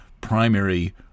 primary